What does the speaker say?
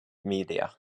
media